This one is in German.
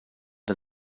der